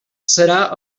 serà